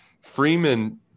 Freeman